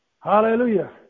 hallelujah